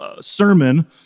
sermon